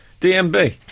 DMB